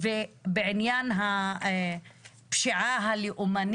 מעקב אחר יישום התכנית הלאומית להתמודדות עם הפשיעה במגזר הערבי.